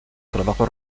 trabajos